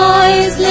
eyes